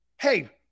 Hey